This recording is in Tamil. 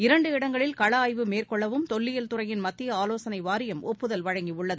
இரண்டு இடங்களில் கள ஆய்வு மேற்கொள்ளவும் தொல்லியல் துறையின் மத்திய ஆவோசனை வாரியம் ஒப்புதல் வழங்கியுள்ளது